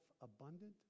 abundant